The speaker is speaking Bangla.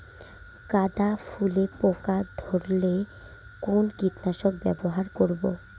গাদা ফুলে পোকা ধরলে কোন কীটনাশক ব্যবহার করব?